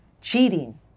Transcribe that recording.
Cheating